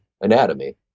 anatomy